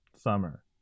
summer